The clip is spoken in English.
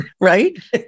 Right